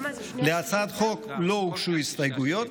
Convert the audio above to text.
להצעת החוק לא הוגשו הסתייגויות.